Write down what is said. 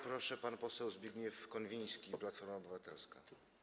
Proszę, pan poseł Zbigniew Konwiński, Platforma Obywatelska.